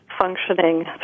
functioning